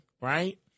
right